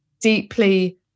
deeply